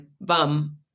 bum